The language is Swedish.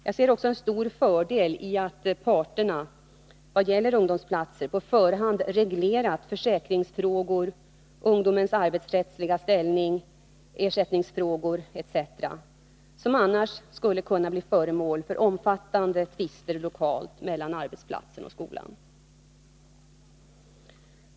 Jag ser också en stor fördel i att parterna i vad gäller ungdomsplatser på förhand reglerat försäkringsfrågor, ungdomens arbetsrättsliga ställning, ersättningsfrågorna etc., som annars skulle kunna bli föremål för omfattande tvister lokalt mellan arbetsplatsen och skolan.